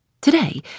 Today